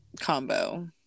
Combo